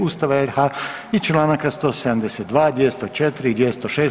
Ustava RH i članaka 172., 204. i 206.